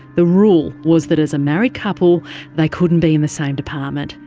the rule was that as a married couple they couldn't be in the same department.